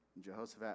Jehoshaphat